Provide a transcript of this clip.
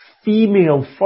female